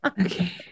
Okay